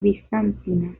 bizantina